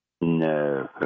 No